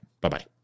Bye-bye